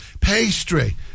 Pastry